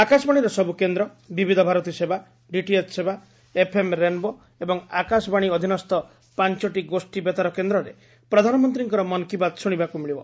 ଆକାଶବାଶୀର ସବୁ କେନ୍ଦ୍ର ବିବିଧ ଭାରତୀ ସେବା ଡିଟିଏଚ୍ ସେବା ଏଫଏମ୍ ରେନ୍ବୋ ଏବଂ ଆକାଶବାଶୀ ଅଧୀନସ୍ସ ପାଞ୍ଚଟି ଗୋଷୀ ବେତାର କେନ୍ଦ୍ରରେ ପ୍ରଧାନମନ୍ତୀଙ୍କ 'ମନ୍ କି ବାତ୍' ଶୁଶିବାକୁ ମିଳିବ